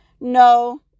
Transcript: No